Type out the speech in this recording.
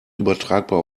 übertragbar